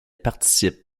participe